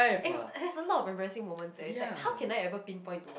eh there's a lot of embarrassing moments eh it's like how can I ever pinpoint to one